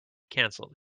canceled